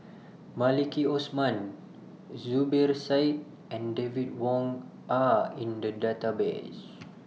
Maliki Osman Zubir Said and David Wong Are in The Database